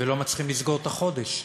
ולא מצליחים לסגור את החודש,